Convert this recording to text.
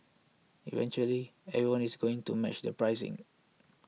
eventually everyone is going to match the pricing